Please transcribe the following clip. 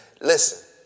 listen